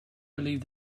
believe